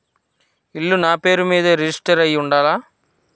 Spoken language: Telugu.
ఇల్లు నాపేరు మీదే రిజిస్టర్ అయ్యి ఉండాల?